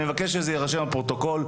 ואני מבקש שזה יירשם בפרוטוקול,